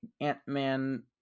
Ant-Man